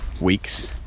weeks